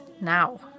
now